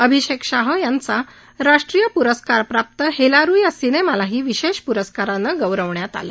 अभिषेक शाह यांच्या राष्ट्रीय प्रस्कार प्राप्त हेलारू या सिनेमालाही विशेष प्रस्कारानं गौरवण्यात आलं